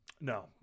No